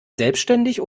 selbstständig